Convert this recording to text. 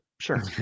Sure